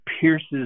pierces